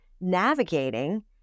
navigating